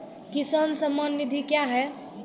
किसान सम्मान निधि क्या हैं?